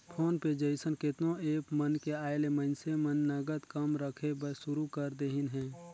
phone पे जइसन केतनो app मन के आयले मइनसे मन नगद कम रखे बर सुरू कर देहिन हे